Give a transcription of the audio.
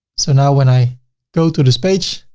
so now when i go to this page,